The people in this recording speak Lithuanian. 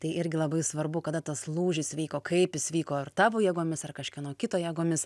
tai irgi labai svarbu kada tas lūžis vyko kaip jis vyko ar tavo jėgomis ar kažkieno kito jėgomis